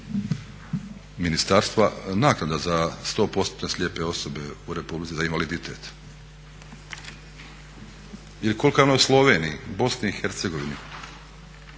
ministarstva, naknada za 100% slijepe osobe za invaliditet? Ili kolika je ona u Sloveniji, BiH? U svim